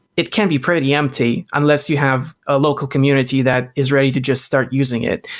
it can be pretty empty, unless you have a local community that is ready to just start using it,